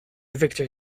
victor